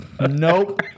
Nope